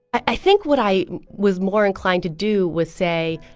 i think what i was more inclined to do was say,